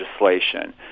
legislation